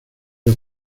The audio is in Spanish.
los